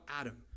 adam